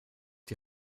die